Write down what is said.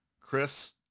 Chris